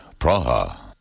Praha